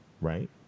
right